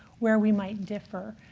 where we might differ.